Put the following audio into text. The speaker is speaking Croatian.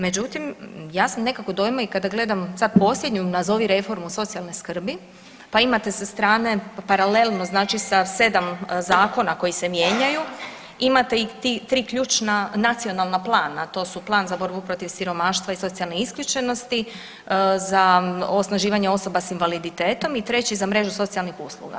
Međutim, ja sam nekako dojma i kada gledam sada posljednju nazovi reformu socijalne skrbi pa imate sa strane paralelno znači sa 7 zakona koji se mijenjaju imate i tri ključna nacionalna plana a to su: Plan za borbu protiv siromaštva i socijalne isključenosti, za osnaživanje osoba s invaliditetom i 3. za mrežu socijalnih usluga.